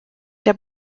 der